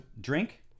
drink